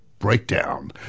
Breakdown